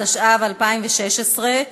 התשע"ו 2016,